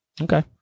Okay